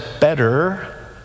better